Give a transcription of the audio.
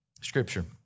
scripture